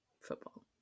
football